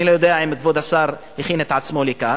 אני לא יודע אם כבוד השר הכין את עצמו לכך,